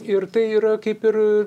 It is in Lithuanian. ir tai yra kaip ir